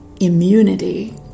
immunity